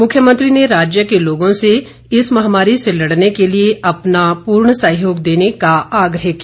मुख्यमंत्री ने राज्य के लोगों से इस महामारी से लड़ने के लिए अपना पूर्ण सहयोग देने का आग्रह किया